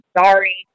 sorry